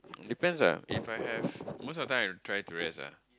depends ah if I have most of time I try to rest ah